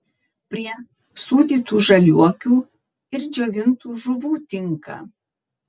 prie sūdytų žaliuokių ir džiovintų žuvų tinka